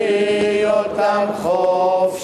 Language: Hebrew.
(תרועת חצוצרות)